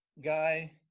guy